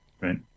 Right